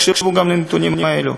תקשיבו גם לנתונים האלה.